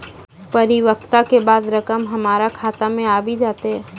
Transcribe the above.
परिपक्वता के बाद रकम हमरा खाता मे आबी जेतै?